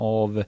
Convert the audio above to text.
av